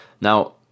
now